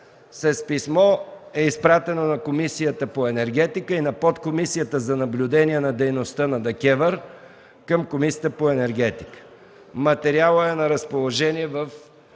г. Писмо е изпратено на Комисията по енергетика и на Подкомисията за наблюдение за дейността на ДКЕВР към Комисията по енергетика. Материалът е на разположение в